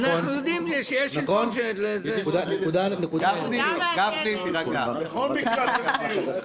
אנחנו יודעים שיש שלטון של זה --- בכל מקרה אתם תהיו בקואליציה.